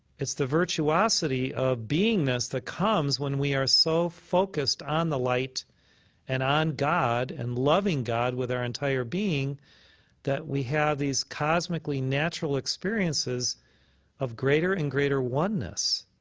it's the virtuosity of beingness that comes when we are so focused on the light and on god and loving god with our entire being that we have these cosmically natural experiences of greater and greater oneness